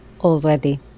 Already